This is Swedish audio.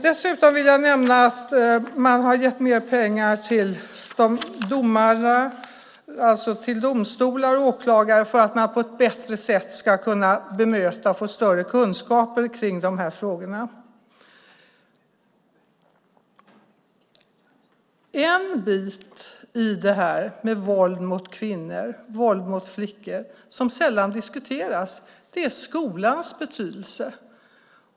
Dessutom vill jag nämna att man har gett mer pengar till domstolar och åklagare för att de ska kunna ge ett bättre bemötande och få större kunskaper om dessa frågor. En bit i det här med våld mot kvinnor och flickor som sällan diskuteras är skolans betydelse.